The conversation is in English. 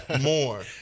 more